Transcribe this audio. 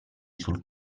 sul